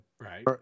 Right